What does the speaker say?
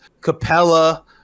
capella